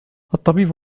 الطبيب